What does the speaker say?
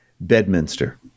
Bedminster